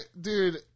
Dude